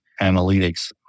analytics